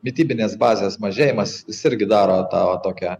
mitybinės bazės mažėjimas jis irgi daro tą va tokią